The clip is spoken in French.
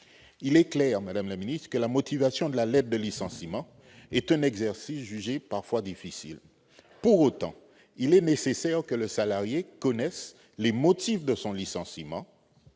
Il est clair, madame la ministre, que la motivation de la lettre de licenciement est un exercice jugé parfois difficile. Pour autant, il est nécessaire que le salarié connaisse les motifs de son licenciement.